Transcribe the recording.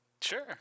Sure